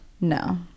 No